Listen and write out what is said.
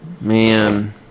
man